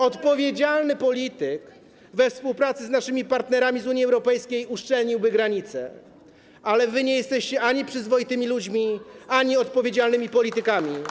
Odpowiedzialny polityk we współpracy z naszymi partnerami z Unii Europejskiej uszczelniłby granice, ale wy nie jesteście ani przyzwoitymi ludźmi, ani odpowiedzialnymi politykami.